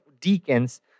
deacons